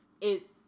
it-